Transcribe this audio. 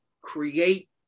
create